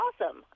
awesome